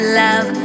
love